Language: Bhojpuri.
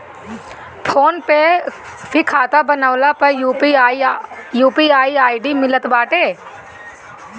फ़ोन पे पअ भी खाता बनवला पअ यू.पी.आई आई.डी मिलत बाटे